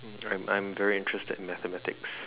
I'm I'm very interested in mathematics